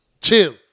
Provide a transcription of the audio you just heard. chill